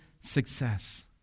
success